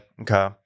okay